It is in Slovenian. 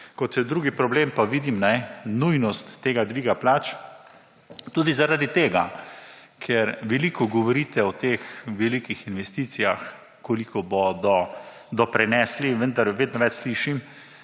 Kot drugi problem pa vidim nujnost tega dviga plač, tudi zaradi tega, ker veliko govorite o teh velikih investicijah koliko bodo doprinesli, vendar vedno več slišim,